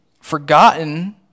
forgotten